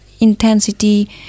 intensity